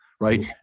right